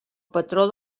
patró